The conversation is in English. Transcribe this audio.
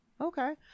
Okay